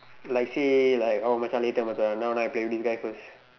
like say like oh Macha later Macha now now I play with this guy first